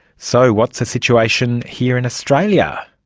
so what's the situation here in australia?